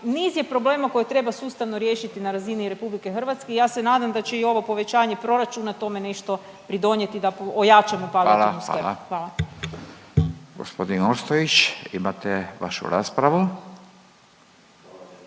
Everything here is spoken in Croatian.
niz je problema koje treba sustavno riješiti na razini Republike Hrvatske i ja se nadam da će i ovo povećanje proračuna tome nešto pridonijeti da ojačamo palijativnu skrb. **Radin, Furio (Nezavisni)** Hvala. Gospodin Ostojić imate vašu raspravu.